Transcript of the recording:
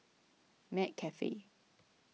McCafe